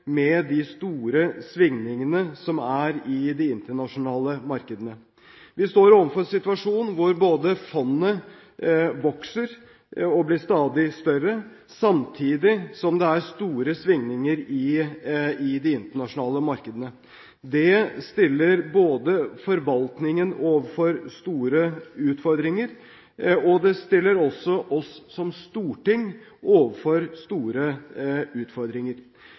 med de store svingningene som er i de internasjonale markedene. Vi står overfor en situasjon hvor fondet vokser og blir stadig større, samtidig som det er store svingninger i de internasjonale markedene. Det stiller forvaltningen overfor store utfordringer, og det stiller også oss som storting overfor store utfordringer,